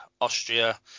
Austria